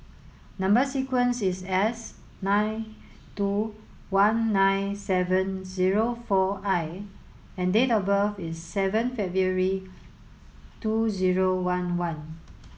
number sequence is S three two one nine seven zero four I and date of birth is seven February two zero one one